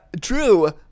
true